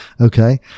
okay